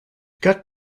cut